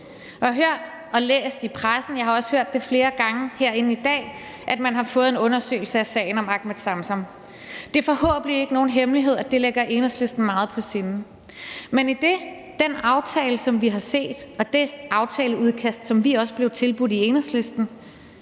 gange herinde i dag, at man har fået en undersøgelse af sagen om Ahmed Samsam. Det er forhåbentlig ikke nogen hemmelighed, at det ligger Enhedslisten meget på sinde. Men i den aftale, vi har set, og det aftaleudkast, som vi også blev tilbudt i Enhedslisten,